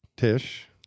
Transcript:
Tish